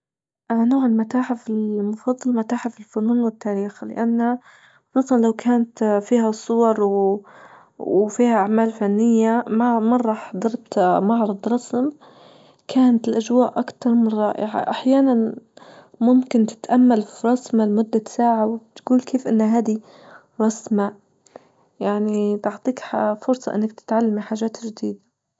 اه نوع المتاحف المفضل متاحف الفنون والتاريخ ل أن خصوصا لو كانت فيها صور و-وفيها أعمال فنية مع ما مرة حضرت معرض رسم كانت الأجواء أكتر من رائعة أحيانا ممكن تتأمل في رسمة لمدة ساعة وتقول كيف أن هذي رسمة؟ يعني تعطيك ح فرصة أنك تتعلمي حاجات جديدة.